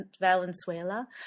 Valenzuela